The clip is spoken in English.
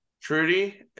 Trudy